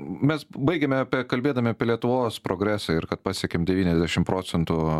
mes baigėme apie kalbėdami apie lietuvos progresą ir kad pasiekėm devyniasdešim procentų